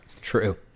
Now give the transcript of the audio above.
True